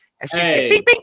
Hey